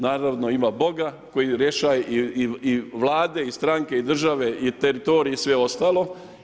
Naravno, ima boga koja rješava i Vlade i stranke i države i teritorij i sve ostalo.